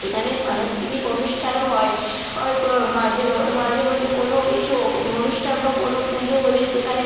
এখানে সাংস্কৃতিক অনুষ্ঠানও হয় ওই ক মাঝে ম মাঝে মধ্যে কোনো কিছু হোক অনুষ্ঠান বা কোনো পুজো হলেই সেখানে